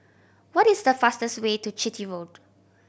what is the fastest way to Chitty Road